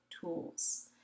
tools